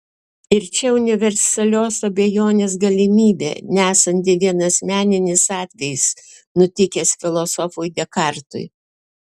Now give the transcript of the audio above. ir čia universalios abejonės galimybė nesanti vien asmeninis atvejis nutikęs filosofui dekartui